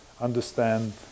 understand